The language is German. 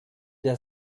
der